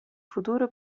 futuro